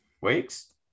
weeks